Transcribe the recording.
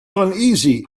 uneasy